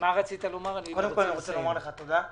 קודם כול, אני רוצה לומר לך תודה.